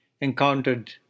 encountered